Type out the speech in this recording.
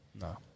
No